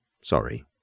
Sorry